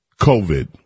COVID